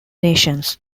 nations